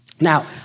Now